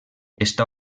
està